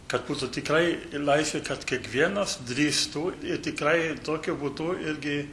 kad būtų tikrai laisvė kad kiekvienas drįstų ir tikrai tokie būtų irgi